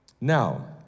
Now